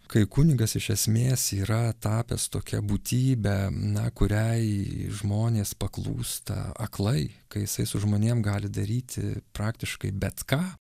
kai kunigas iš esmės yra tapęs tokia būtybe na kuriai žmonės paklūsta aklai kai jisai su žmonėm gali daryti praktiškai bet ką